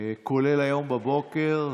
כולל היום בבוקר,